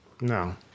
No